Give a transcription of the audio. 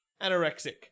anorexic